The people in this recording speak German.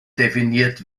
definiert